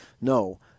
No